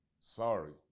sorry